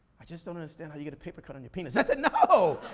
i just don't understand how you get a paper cut on your penis. i said, no!